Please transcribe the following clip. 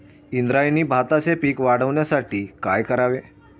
इंद्रायणी भाताचे पीक वाढण्यासाठी काय करावे?